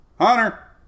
Hunter